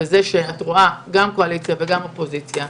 את רואה גם קואליציה וגם אופוזיציה,